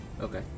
Okay